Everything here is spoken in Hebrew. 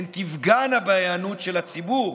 הן תפגענה בהיענות הציבור.